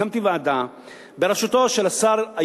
הקמתי ועדה בראשותו של השר,